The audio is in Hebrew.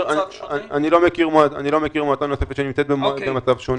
אני לא מכיר מועצה נוספת שנמצאת במצב שונה.